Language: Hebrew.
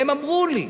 והם אמרו לי,